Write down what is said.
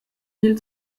mille